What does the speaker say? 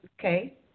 okay